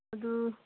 ꯑꯗꯨ